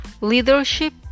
leadership